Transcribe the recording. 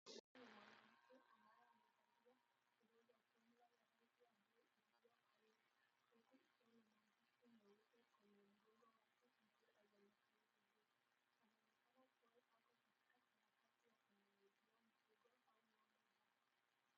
Mwanamke anatoa sindano kwa mtoto mchanga aliyeshikiliwa na mamake. Aliyevaa kofia ya rangi ya kijani na michoro. Sindano inaonekana ikizingiwa kwenye mkono wa mtoto. Kwa nyuma kuna meza ya mbao yenye saduku na manjano yenye maandishi Konjac Safety Box na vifaa vingine vya matibabu. Watu wengine na mandhari ya kijani vinaonekana.